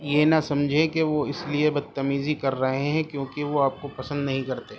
یہ نہ سمجھیں کہ وہ اس لیے بدتمیزی کر رہے ہیں کیونکہ وہ آپ کو پسند نہیں کرتے